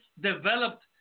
developed